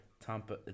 Tampa